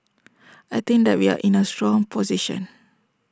I think that we are in A strong position